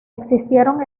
existieron